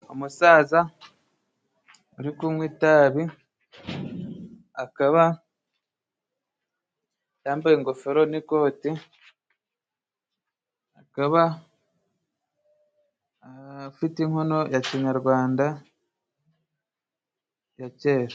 Umusaza uri kunywa itabi. Akaba yambaye ingofero n'ikoti akaba afite inkono ya kinyarwanda ya kera.